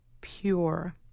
pure